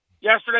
yesterday